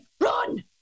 Run